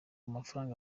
amafaranga